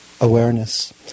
awareness